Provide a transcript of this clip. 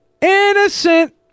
Innocent